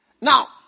Now